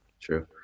true